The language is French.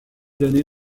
d’années